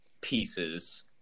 pieces